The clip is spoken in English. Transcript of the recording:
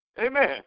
Amen